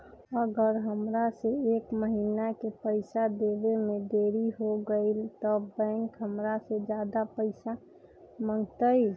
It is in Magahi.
अगर हमरा से एक महीना के पैसा देवे में देरी होगलइ तब बैंक हमरा से ज्यादा पैसा मंगतइ?